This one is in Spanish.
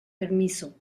permiso